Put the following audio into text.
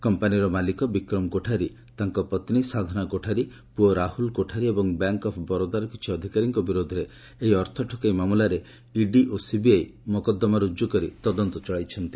କମ୍ପାନୀର ମାଲିକ ବିକ୍ରମ କୋଠାରୀ ତାଙ୍କ ପନ୍ୀ ସାଧନା କୋଠାରୀ ପୁଅ ରାହୁଲ କୋଠାରୀ ଏବଂ ବ୍ୟାଙ୍କ୍ ଅଫ୍ ବରୋଦାର କିଛି ଅଧିକାରୀଙ୍କ ବିରୁଦ୍ଧରେ ଏହି ଅର୍ଥ ଠକେଇ ମାମଲାରେ ଇଡି ଓ ସିବିଆଇ ମକଦ୍ଦମା ରୁଜ୍ଜୁ କରି ତଦନ୍ତ ଚଳାଇଛନ୍ତି